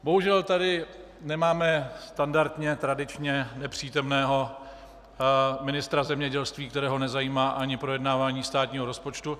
Bohužel tady nemáme standardně tradičně nepřítomného ministra zemědělství, kterého nezajímá ani projednávání státního rozpočtu.